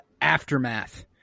Aftermath